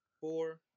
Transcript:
four